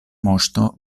moŝto